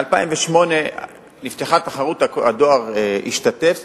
מ-2008 נפתחה תחרות, הדואר השתתף